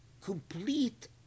Complete